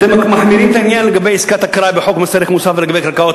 אתם מחמירים את העניין לגבי עסקת אקראי בחוק מס ערך מוסף ולגבי קרקעות.